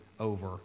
over